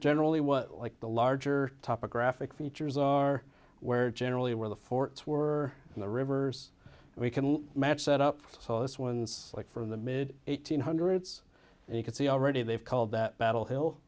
generally what like the larger topographic features are where generally where the forts were and the rivers we can match set up so this one's like from the mid eighty's hundreds and you can see already they've called that battle hill